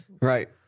Right